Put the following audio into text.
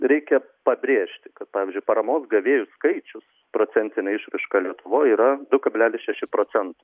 reikia pabrėžti kad pavyzdžiui paramos gavėjų skaičius procentine išraiška lietuvoj yra du kablelis šeši procento